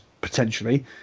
potentially